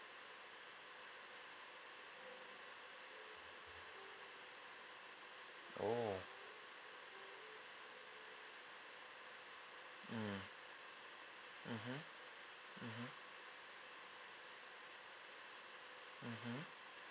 oh mm mmhmm mmhmm mmhmm